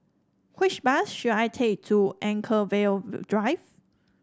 which bus should I take to Anchorvale Drive